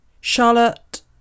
Charlotte